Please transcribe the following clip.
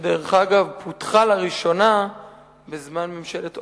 שדרך אגב פותחה לראשונה בזמן ממשלת אולמרט,